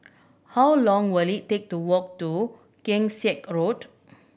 how long will it take to walk to Keong Saik Road